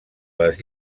les